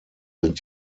sind